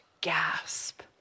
gasp